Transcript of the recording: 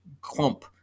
clump